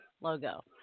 logo